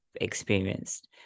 experienced